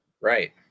right